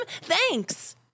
thanks